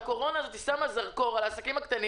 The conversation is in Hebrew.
שהקורונה שמה זרקור על העסקים הקטנים